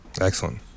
Excellent